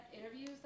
interviews